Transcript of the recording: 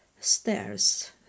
stairs